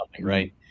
Right